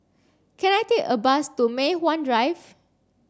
can I take a bus to Mei Hwan Drive